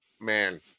man